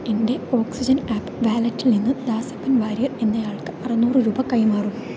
എൻ്റെ Oxygen app വാലറ്റിൽ നിന്ന് ദാസപ്പൻ വാര്യർ എന്നയാൾക്ക് അറുന്നൂറ് രൂപ കൈമാറു